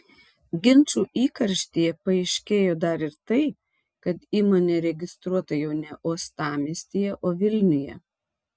ginčų įkarštyje paaiškėjo dar ir tai kad įmonė registruota jau ne uostamiestyje o vilniuje